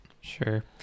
Sure